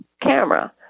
camera